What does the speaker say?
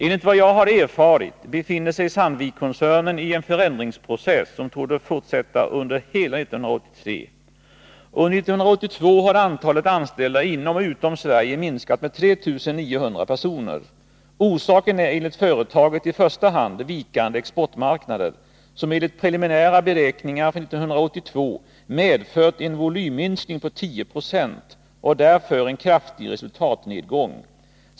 Enligt vad jag har erfarit befinner sig Sandvikkoncernen i en förändringsprocess som torde fortsätta under hela 1983. Under 1982 har antalet anställda inom och utom Sverige minskat med 3 900 personer. Orsaken är enligt företaget i första hand vikande exportmarknader, som enligt preliminära beräkningar för 1982 medfört en volymminskning på 10 96 och därför en kraftig resultatnedgång.